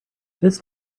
this